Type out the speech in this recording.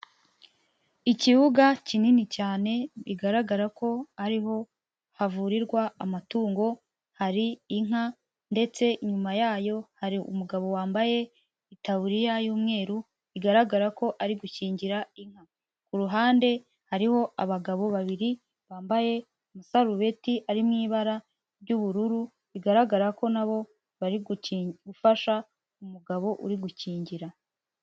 Ikibuga kinini cyane bigaragara ko ari ho havurirwa amatungo, hari inka ndetse inyuma yayo hari umugabo wambaye itaburiya y'umweru, bigaragara ko ari gukingira inka. Ku ruhande hariho abagabo babiri bambaye amasarubeti ari mu ibara ry'ubururu, bigaragara ko nabo bari gufasha umugabo uri gukingira.